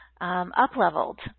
up-leveled